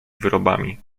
wyrobami